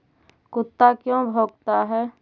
कुत्ता क्यों भौंकता है?